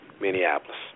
Minneapolis